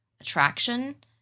attraction